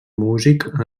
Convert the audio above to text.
músic